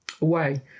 away